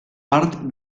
part